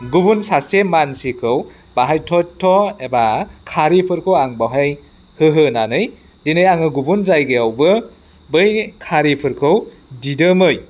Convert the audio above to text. गुबुन सासे मानसिखौ बाहाय थथ्य एबा खारिफोरखौ आं बेहाय होहोनानै दिनै आङो गुबुन जायगायावबो बै खारिफोरखौ दिदोमै